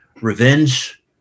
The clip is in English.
revenge